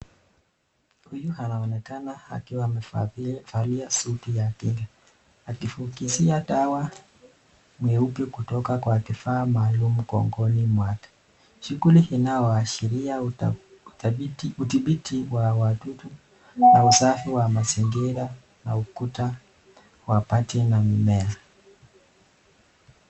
Huyu anaonekana akiwa amevalia suti ya kinga, akifukizia dawa mweupe kutoka kwa kifaa maalum mgongoni mwake. Shughuli inayoashiria uthibiti wa wadudu na usafi wa mazingira na ukuta wa bati na mimea.